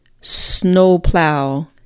snowplow